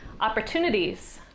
opportunities